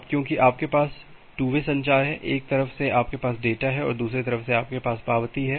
अब क्योंकि आपके पास टू वे संचार है एक तरफ से आपके पास डेटा है और दूसरे तरफ से आपके पास पावती है